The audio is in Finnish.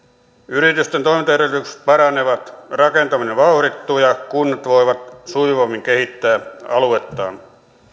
yritysten toimintaedellytykset paranevat rakentaminen vauhdittuu ja kunnat voivat sujuvammin kehittää aluettaan